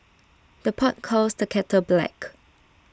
the pot calls the kettle black